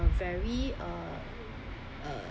very a a